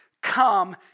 come